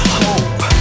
hope